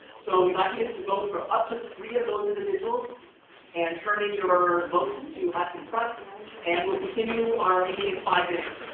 so we'd like you to to vote for up to three of those individuals and turn in your votes to us in front and we'll continue our meeting in five minutes.